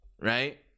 Right